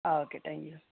ആ okay thank you